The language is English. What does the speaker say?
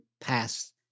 past